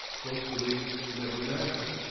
both believed it would never matter.